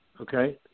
Okay